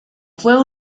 fue